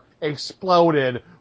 exploded